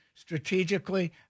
Strategically